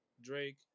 Drake